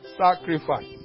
sacrifice